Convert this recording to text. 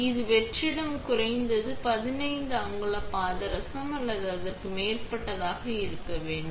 இது வெற்றிடம் குறைந்தது 15 அங்குல பாதரசம் அல்லது அதற்கு மேற்பட்டதாக இருக்க வேண்டும்